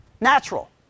Natural